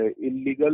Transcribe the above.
illegal